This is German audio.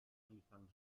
angefangen